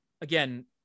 again